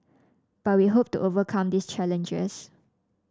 but we hope to overcome these challenges